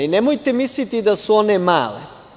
Nemojte misliti da su one male.